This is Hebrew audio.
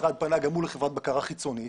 המשרד פנה גם לחברת בקרה חיצונית.